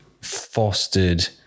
fostered